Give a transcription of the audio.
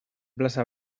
plaza